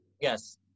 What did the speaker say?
Yes